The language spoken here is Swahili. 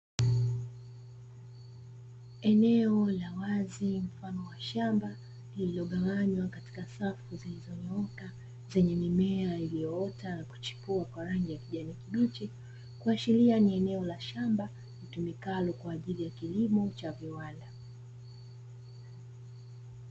Eneo la wazi mfano wa shamba, lililogawanywa katika safu zilizonyooka, zenye mimea iliyoota na kuchipua kwa rangi ya kijani kibichi, kuashiria ni eneo la shamba litumikalo kwa ajili ya kilimo cha viwanda.